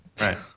Right